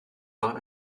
par